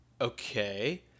okay